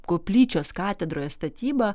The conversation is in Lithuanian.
koplyčios katedroje statyba